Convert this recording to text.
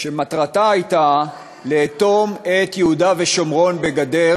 שמטרתה הייתה לאטום את יהודה ושומרון בגדר